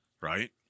right